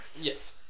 yes